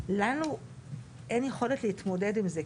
לנו אין יכולת להתמודד עם זה.